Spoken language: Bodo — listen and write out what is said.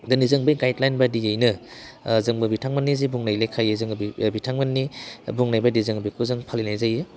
दिनै जों बै गाइडलाइन बायदियैनो जोंबो बिथांमोननि जि बुंनाय लेखायै जोङो बिथांमोननि बुंनाय बायदि जों बेखौ जों फालिनाय जायो